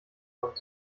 und